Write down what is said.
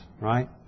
right